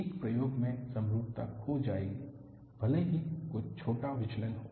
एक प्रयोग में समरूपता खो जाएगी भले ही कुछ छोटा विचलन हो